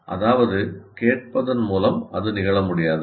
அதாவது கேட்பதன் மூலம் அது நிகழ முடியாது